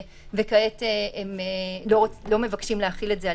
וכעת לא מבקשים להחיל את זה עליהם.